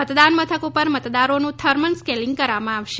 મતદાન મથક પર મતદારોનું થર્મલ સ્કેનીંગ કરવામાં આવશે